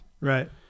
Right